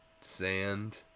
sand